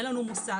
אין לנו מושג,